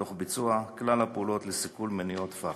תוך ביצוע כלל הפעולות לסיכול מניעות פח"ע.